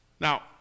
Now